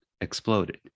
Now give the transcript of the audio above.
exploded